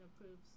approves